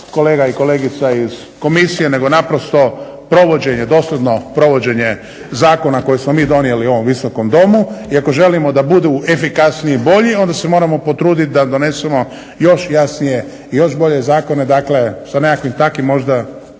kolega i kolegica iz komisije nego naprosto provođenje dosljedno zakona koje smo mi donijeli u ovom Visokom domu. I ako želimo da budu efikasniji i bolji onda se moramo potruditi da donesemo još jasnije i još bolje zakone. Dakle sa nekakvim takvim možda